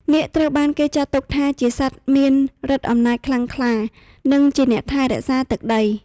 នាគ ត្រូវបានគេចាត់ទុកជាសត្វមានឫទ្ធិអំណាចខ្លាំងក្លា និងជាអ្នកថែរក្សាទឹកដី។